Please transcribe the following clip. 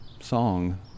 song